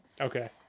Okay